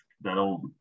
That'll